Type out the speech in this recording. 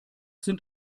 sind